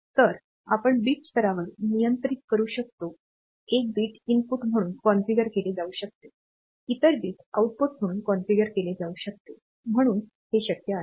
तर आपण बिट स्तरावर नियंत्रित करू शकतो एक बिट इनपुट म्हणून कॉन्फिगर केले जाऊ शकते इतर बिट आउटपुट म्हणून कॉन्फिगर केले जाऊ शकते म्हणून हे शक्य आहे